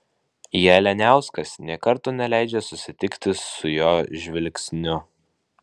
jalianiauskas nė karto neleidžia susitikti su jo žvilgsniu